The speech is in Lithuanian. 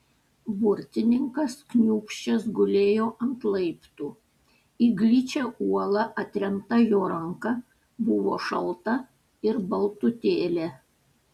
burtininkas kniūbsčias gulėjo ant laiptų į gličią uolą atremta jo ranka buvo šalta ir baltutėlė